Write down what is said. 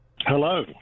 Hello